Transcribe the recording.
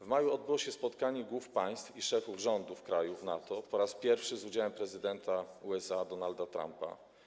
W maju odbyło się spotkanie głów państw i szefów rządów krajów NATO, po raz pierwszy z udziałem prezydenta USA Donalda Trumpa.